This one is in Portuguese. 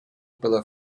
pela